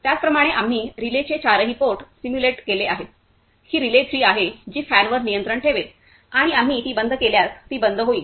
त्याचप्रमाणे आम्ही रिलेचे चारही पोर्ट सिमुलेटेड केले आहेत ही रिले थ्री आहे जी फॅनवर नियंत्रण ठेवेल आणि आम्ही ती बंद केल्यास ती बंद होईल